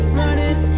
running